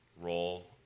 role